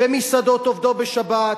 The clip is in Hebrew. ומסעדות עובדות בשבת,